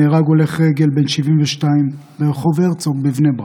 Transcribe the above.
נהרג הולך רגל בן 72 ברחוב הרצוג בבני ברק.